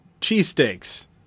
cheesesteaks